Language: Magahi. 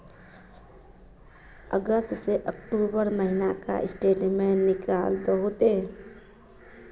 अगस्त से अक्टूबर महीना का स्टेटमेंट निकाल दहु ते?